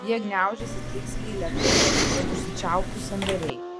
jie gniaužiasi tiksliai lėtai kad užsičiauptų sandariai